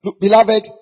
Beloved